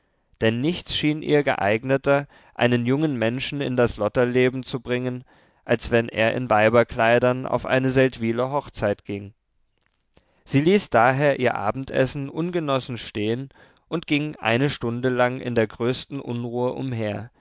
denn nichts schien ihr geeigneter einen jungen menschen in das lotterleben zu bringen als wenn er in weiberkleidern auf eine seldwyler hochzeit ging sie ließ daher ihr abendessen ungenossen stehen und ging eine stunde lang in der größten unruhe umher